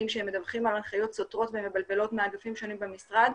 שמדווחים על הנחיות סותרות ומבלבלות מאגפים שונים במשרד.